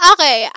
Okay